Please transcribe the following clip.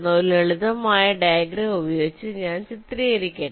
ഒരു ലളിതമായ ഡയഗ്രം ഉപയോഗിച്ച് ഞാൻ ചിത്രീകരിക്കട്ടെ